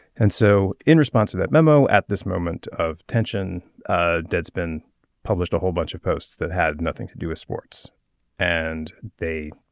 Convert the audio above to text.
and so in response to that memo at this moment of tension ah deadspin published a whole bunch of posts that had nothing to do with sports and they